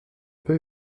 peu